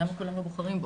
אז למה כולם לא בוחרים בו?